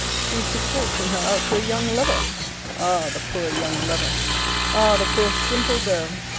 he is to fortune her out to a young lover ah! the poor young lover ah! the poor simple girl!